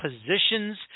positions